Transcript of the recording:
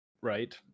right